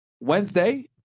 Wednesday